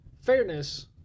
fairness